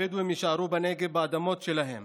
הבדואים יישארו בנגב באדמות שלהם